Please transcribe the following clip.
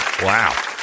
Wow